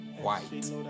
white